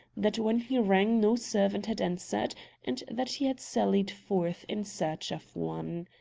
that when he rang no servant had answered, and that he had sallied forth in search of one.